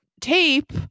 tape